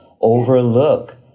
overlook